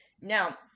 now